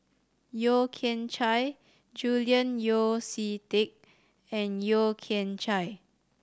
Yeo Kian Chye Julian Yeo See Teck and Yeo Kian Chai